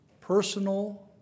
personal